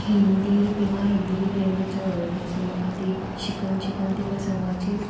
हिंदी तिंगा हिंदी लँंग्वेज चोड रोय जाय सो म्हाका ती शिकोन शिकोन ती म्ह सोंगाचेर